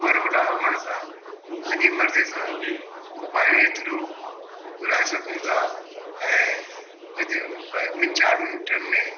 Uber Ola हुजण सां पंहिंजी मर्ज़ी सां मोबाइल जे थ्रू घुराए सघूं था ऐं मुंहिंजो ॿ ॿिनि चारि मिंटनि में